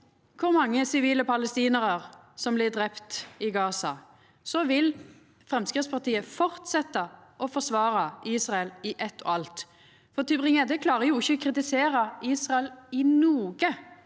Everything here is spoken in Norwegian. kor mange sivile palestinarar som blir drepne i Gaza, vil Framstegspartiet fortsetja å forsvara Israel i eitt og alt. For TybringGjedde klarar jo ikkje å kritisera Israel i noko